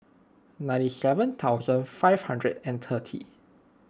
ninety seven thousand five hundred and thirty